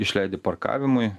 išleidi parkavimui